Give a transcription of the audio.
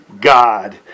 God